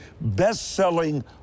best-selling